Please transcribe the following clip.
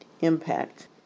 impact